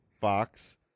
Fox